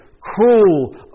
cruel